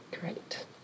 Great